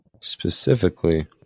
Specifically